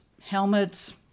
helmets